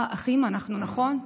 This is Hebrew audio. אה, אחים אנחנו, נכון?